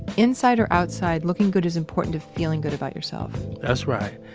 inside or outside, looking good is important to feeling good about yourself that's right.